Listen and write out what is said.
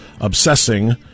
obsessing